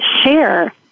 share